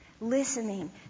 listening